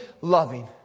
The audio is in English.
loving